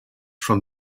from